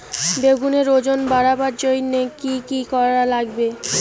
বেগুনের ওজন বাড়াবার জইন্যে কি কি করা লাগবে?